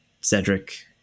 Cedric